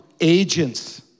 agents